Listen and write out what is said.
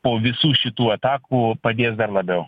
po visų šitų atakų padės dar labiau